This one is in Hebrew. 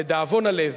לדאבון הלב,